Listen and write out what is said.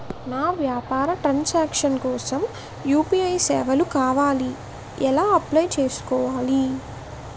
నా వ్యాపార transaction కోసం యు.పి.ఐ సేవలు కావాలి ఎలా అప్లయ్ చేసుకోవాలి?